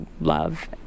love